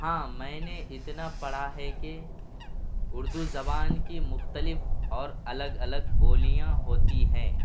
ہاں میں نے اتنا پڑھا ہے کہ اردو زبان کی مختلف اور الگ الگ بولیاں ہوتی ہیں